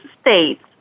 states